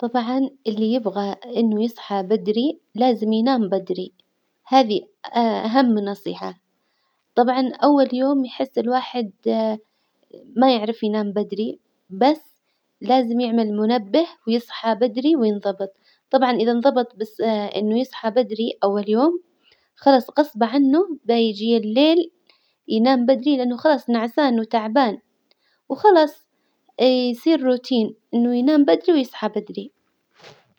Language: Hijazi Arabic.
طبعا اللي يبغى إنه يصحى بدري لازم ينام بدري، هذي أهم نصيحة، طبعا أول يوم يحس الواحد ما يعرف ينام بدري، بس لازم يعمل منبه ويصحى بدري وينظبط، طبعا إذا إنظبط بس إنه يصحى بدري أول يوم خلاص غصب عنه بيجي الليل ينام بدري لإنه خلاص نعسان وتعبان، وخلاص يصير روتين إنه ينام بدري ويصحى بدري.